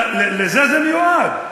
לזה זה מיועד.